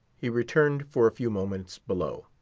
he returned for a few moments below.